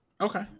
okay